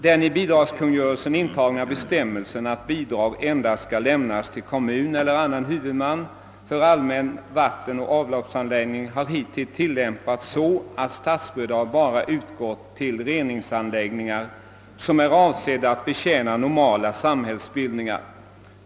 Den i bidragskungörelsen intagna bestämmelsen att bidrag endast skall lämnas till kommun eller annan huvudman för allmän vattenoch avloppsanläggning har hittills tillämpats så, att statsbidrag bara utgått till reningsanläggningar som är avsedda att betjäna »normala samhällsbildningar».